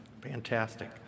Fantastic